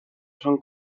son